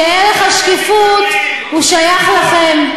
עם הזמן נראה לי שפשוט התחלתם להאמין שערך השקיפות שייך לכם.